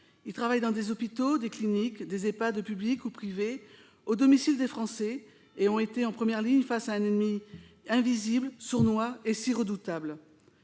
Ils travaillent dans des hôpitaux, des cliniques, des Ehpad, publics ou privés, au domicile des Français, et ont été en première ligne face à un ennemi invisible, sournois et si redoutable.